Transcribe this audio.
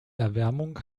erwärmung